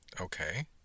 Okay